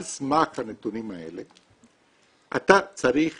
על סמך הנתונים האלה אתה צריך